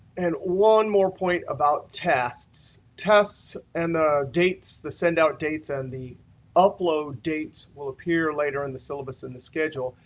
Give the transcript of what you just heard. and one more point about tests tests and the dates, the send out dates and the upload dates, will appear later in the syllabus and the schedule.